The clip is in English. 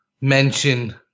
mention